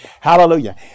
Hallelujah